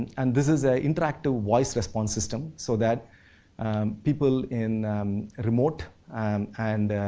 and this is a interactive voice response system so that people in remote and and